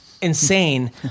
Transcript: Insane